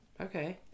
Okay